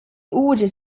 order